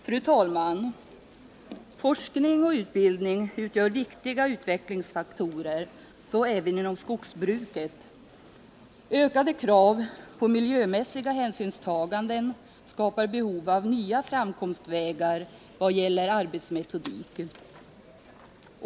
Fru talman! Forskning och utbildning utgör viktiga utvecklingsfaktorer, så även inom skogsbruket. Ökade krav på miljömässiga hänsynstaganden skapar behov av nya framkomstvägar vad gäller arbetsmetodik.